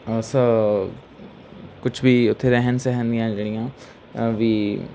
ਸ ਕੁਛ ਵੀ ਉੱਥੇ ਰਹਿਣ ਸਹਿਣ ਦੀਆਂ ਜਿਹੜੀਆਂ ਵੀ